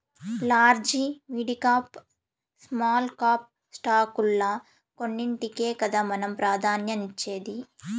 large, midcap, small cap స్టాకుల్ల కొన్నింటికే కదా మనం ప్రాధాన్యతనిచ్చేది